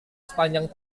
sepanjang